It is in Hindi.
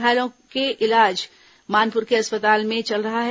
घायलों का इलाज मानपुर के अस्पताल में चल रहा है